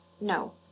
No